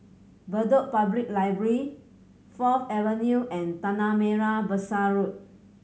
Bedok Public Library Fourth Avenue and Tanah Merah Besar Road